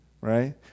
right